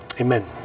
amen